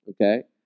Okay